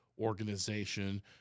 organization